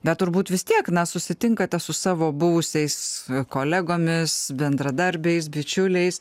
bet turbūt vis tiek na susitinkate su savo buvusiais kolegomis bendradarbiais bičiuliais